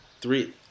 three